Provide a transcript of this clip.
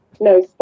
No